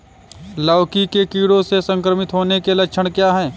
लौकी के कीड़ों से संक्रमित होने के लक्षण क्या हैं?